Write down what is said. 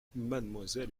mademoiselle